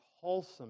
wholesome